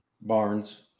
Barnes